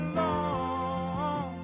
long